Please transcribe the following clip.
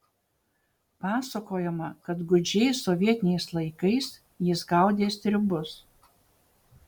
pasakojama kad gūdžiais sovietiniais laikais jis gaudė stribus